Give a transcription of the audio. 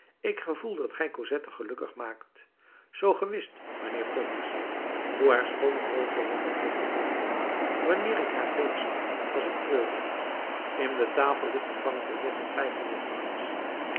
ik gevoel dat gij cosette gelukkig maakt zoo ge wist mijnheer pontmercy hoe haar schoone rozenwangen mij verheugden wanneer ik haar bleek zag was ik treurig in de tafel ligt een bankbiljet van vijfhonderd francs